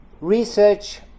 research